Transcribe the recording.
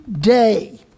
day